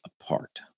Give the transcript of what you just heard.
apart